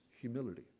humility